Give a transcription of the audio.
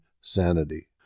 sanity